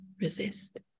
resist